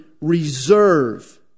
reserve